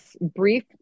brief